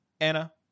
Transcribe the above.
Anna